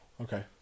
Okay